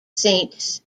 saints